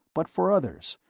but for others,